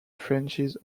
franchise